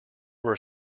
were